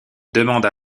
demanda